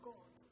God